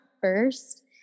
first